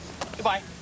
goodbye